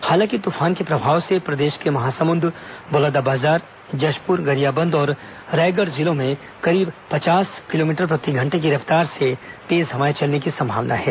हालांकि तुफान के प्रभाव से प्रदेश के महासमुंद बलौदाबाजार जशप्र गरियाबंद और रायगढ़ जिलों में करीब पचास प्रति घंटे की रफ्तार से तेज हवाए चलने की संभावना हैं